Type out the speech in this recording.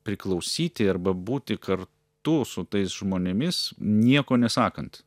priklausyti arba būti kartu su tais žmonėmis nieko nesakant